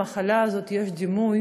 למה למחלה הזאת יש דימוי